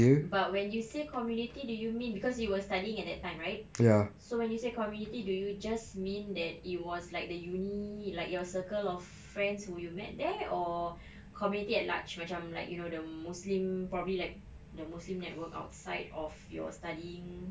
but when you say community do you mean because you were studying at that time right so when you say community do you just mean that it was like the uni like your circle of friends who you met there or community at large macam like you know the muslim probably like the muslim network outside of your studying